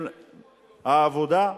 של העבודה?